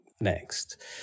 next